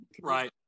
Right